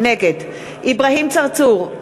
נגד אברהים צרצור,